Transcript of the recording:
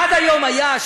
עד היום היה,